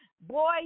Boy